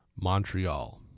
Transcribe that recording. Montreal